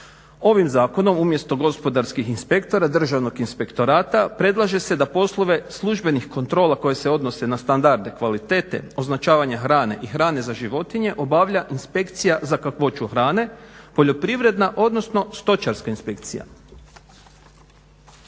Ovim zakonom umjesto gospodarskih inspektora Državnog inspektorata predlaže se da poslove službenih kontrola koje se odnose na standarde kvalitete, označavanja hrane i hrane za životinje obavlja Inspekcija za kakvoću hrane, poljoprivredna, odnosno Stočarska inspekcija.